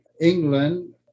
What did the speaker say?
England